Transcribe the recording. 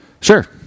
Sure